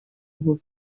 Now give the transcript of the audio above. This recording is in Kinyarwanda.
ubu